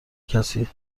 کسی